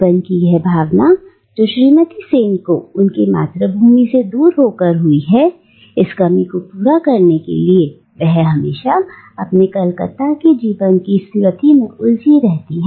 खालीपन की यह भावना जो श्रीमती सेन को उनकी मातृभूमि से दूर होकर हुई है इसकी कमी को पूरा करने के लिए वह हमेशा अपनी कलकत्ता के जीवन की स्मृति में ही उलझी रहती